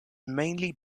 mainly